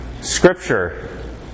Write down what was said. Scripture